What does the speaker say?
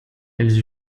elles